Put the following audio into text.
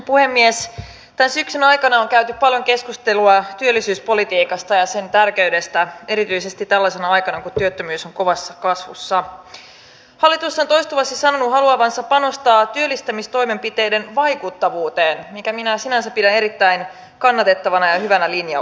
tämä sote ictn ja laajemminkin valtionhallinnon ictn kehitystyön varmistaminen ja ennen kaikkea sen varmistaminen että käytettävissä oleva tieto jatkossa on nykyistä paremmin hyödynnettävissä on täysin välttämätöntä jotta me selviämme niistä savotoista jotka ovat edessä vuosikymmenen lopulla ja ensi vuosikymmenellä